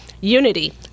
unity